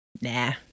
nah